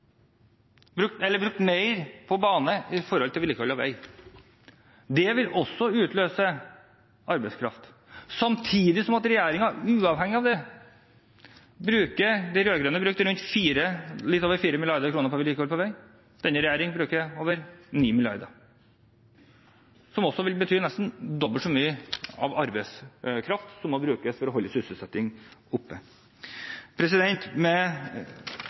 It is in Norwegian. brukt på vedlikehold av vei. Det vil også utløse arbeidskraft. Uavhengig av det bruker regjeringen samtidig over 9 mrd. kr på vedlikehold av vei, mens de rød-grønne brukte litt over 4 mrd. kr på det samme, noe som også vil bety en nesten dobbelt så stor bruk av arbeidskraft for å holde sysselsettingen oppe. Det er viktig å